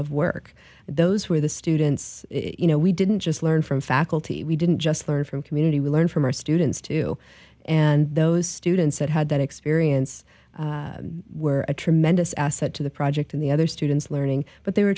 of work those were the students you know we didn't just learn from faculty we didn't just learn from community we learn from our students too and those students that had that experience were a tremendous asset to the project and the other students learning but they were